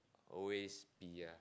always be yeah